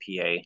pa